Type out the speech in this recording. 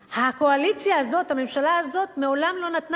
הקואליציה הזאת והממשלה הזאת מעולם לא נתנה